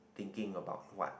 thinking about what